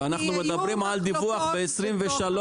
ואנחנו מדברים על דיווח ב-2023..